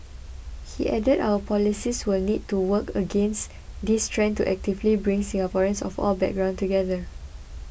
he added our policies will need to work against this trend to actively bring Singaporeans of all background together